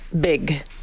big